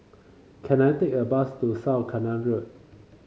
can I take a bus to South Canal Road